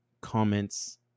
comments